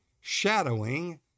shadowing